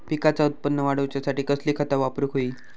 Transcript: पिकाचा उत्पन वाढवूच्यासाठी कसली खता वापरूक होई?